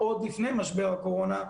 עוד לפני משבר הקורונה.